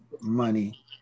money